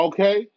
Okay